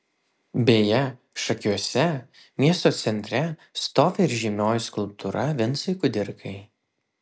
beje šakiuose miesto centre stovi ir žymioji skulptūra vincui kudirkai